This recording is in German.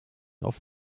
auf